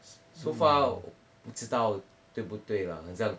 so far 不知道对不对啦很像